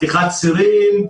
פתיחת צירים,